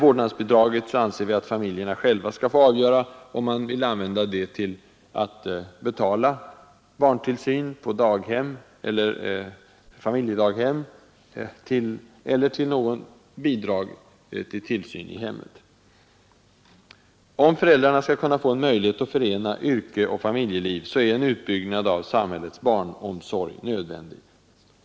Vi anser att familjerna själva skall få avgöra om de vill använda vårdnadsbidraget till att betala barntillsyn på daghem eller i familjedaghem eller om de vill använda det som bidrag till kostnaderna för tillsyn i hemmet. Om föräldrarna skall kunna få möjlighet att förena yrke och familjeliv, är en utbyggnad av samhällets barnomsorg nödvändig.